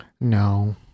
No